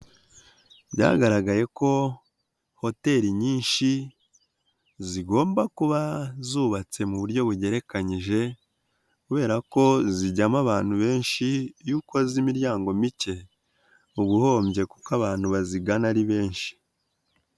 Byagaragaye ko, hoteli nyinshi, zigomba kuba zubatse mu buryo bugerekanyije, kubera ko zijyamo abantu benshi, iyo ukoze imiryango mike, uba uhombye kuko abantu bazigana ari benshi.